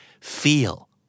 Feel